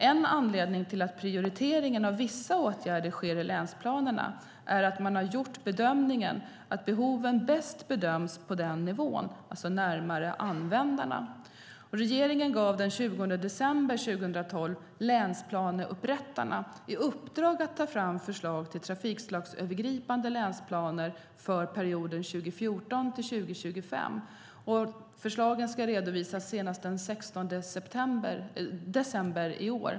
En anledning till att prioriteringen av vissa åtgärder sker i länsplanerna är att man har gjort bedömningen att behoven bäst bedöms på den nivån, alltså närmare användarna. Regeringen gav den 20 december 2012 länsplaneupprättarna i uppdrag att ta fram förslag till trafikslagsövergripande länsplaner för perioden 2014-2025. Förslagen ska redovisas senast den 16 december i år.